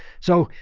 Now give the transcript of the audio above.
so,